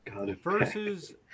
versus